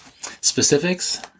Specifics